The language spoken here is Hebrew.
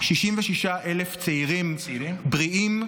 66,000 צעירים בריאים,